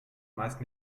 meist